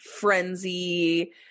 frenzy